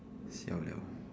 siao liao